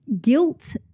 guilt